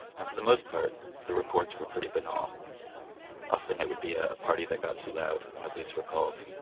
and for the most part the reports were pretty banal often it would be a party that got too loud and the police were called,